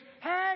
hey